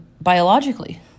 biologically